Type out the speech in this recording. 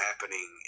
happening